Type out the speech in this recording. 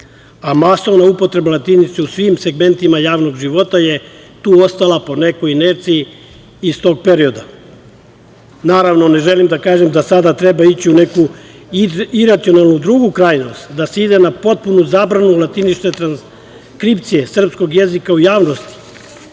a masovna upotreba latinice u svim segmentima javnog života je tu ostala po nekoj inerciji iz tog perioda. Naravno, ne želim da kažem da sada treba ići u neku iracionalnu, drugu krajnost, da se ide na potpunu zabranu latinične transkripcije srpskog jezika u javnosti.